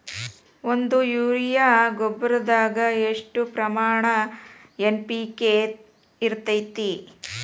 ಒಂದು ಯೂರಿಯಾ ಗೊಬ್ಬರದಾಗ್ ಎಷ್ಟ ಪ್ರಮಾಣ ಎನ್.ಪಿ.ಕೆ ಇರತೇತಿ?